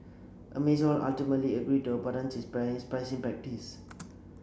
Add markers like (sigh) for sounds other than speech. Amazon ultimately agreed to abandon its (unintelligible) pricing practice